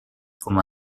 como